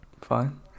fine